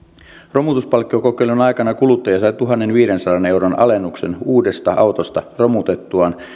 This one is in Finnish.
romutuspalkkiokokeilun aikana kuluttaja sai tuhannenviidensadan euron alennuksen uudesta autosta romutettuaan